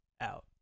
out